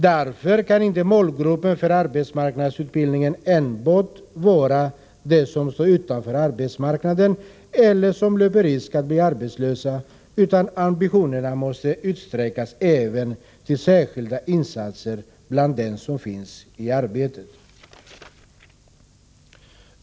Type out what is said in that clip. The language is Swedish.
Därför kan inte målgruppen för arbetsmarknadsutbildningen enbart utgöras av dem som står utanför arbetsmarknaden eller dem som löper risk att bli arbetslösa, utan ambitionerna måste utsträckas till att gälla även särskilda insatser bland dem som finns i arbete.